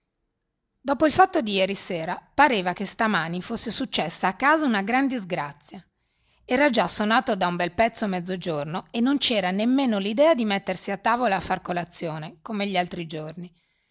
dopo il fatto di ieri sera pareva che stamani fosse successa a casa una gran disgrazia era già sonato da un bel pezzo mezzogiorno e non c'era nemmeno l'idea di mettersi a tavola a far colazione come gli altri giorni